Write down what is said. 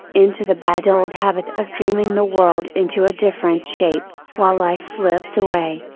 into the bad old habit of dreaming the world into a different shape, while life slips away.